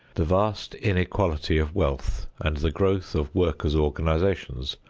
the vast inequality of wealth and the growth of workers' organizations,